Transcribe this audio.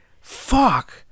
fuck